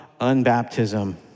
unbaptism